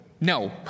No